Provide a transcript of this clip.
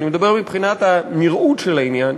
אני מדבר מבחינת הנראות של העניין.